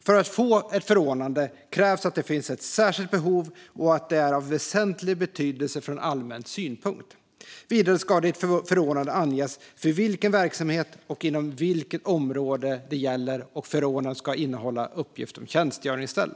För att få ett förordnande krävs att det finns ett särskilt behov och att det är av väsentlig betydelse från allmän synpunkt. Vidare ska det i ett förordnande anges för vilken verksamhet och inom vilket område det gäller, och förordnandet ska innehålla uppgift om tjänstgöringsställe.